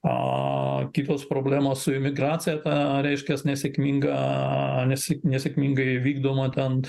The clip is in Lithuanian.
a kitos problemos su imigracija tą reiškias nesėkmingą nesyk nesėkmingai vykdomą ten